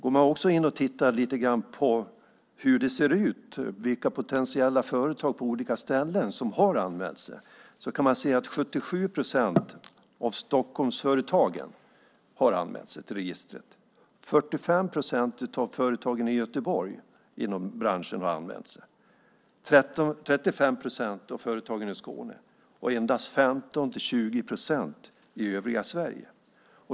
Om man också tittar på vilka företag inom branschen som har anmält sig kan man se att 77 procent av Stockholmsföretagen har anmält sig till registret, 45 procent av företagen i Göteborg, 35 procent av företagen i Skåne och endast 15-20 procent i övriga Sverige.